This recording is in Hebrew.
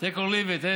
take it or leave it.